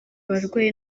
abarwayi